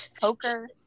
Poker